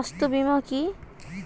স্বাস্থ্য বীমা কি?